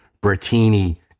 Bertini